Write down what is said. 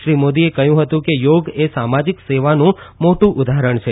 શ્રી મોદીએ ઉમેર્યુ હતું કે યોગ એ સામાજિક સેવાનું મોટુ ઉદાહરણ છે